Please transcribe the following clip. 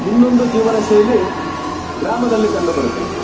ಇನ್ನೊಂದು ಜೀವನ ಶೈಲಿ ಗ್ರಾಮದಲ್ಲಿ ಕಂಡುಬರುತ್ತದೆ